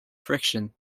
friction